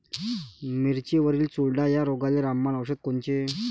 मिरचीवरील चुरडा या रोगाले रामबाण औषध कोनचे?